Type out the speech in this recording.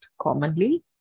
commonly